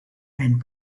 and